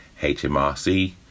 HMRC